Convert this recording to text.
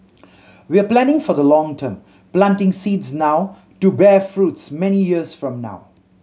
we are planting for the long term planting seeds now to bear fruit many years from now